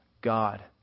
God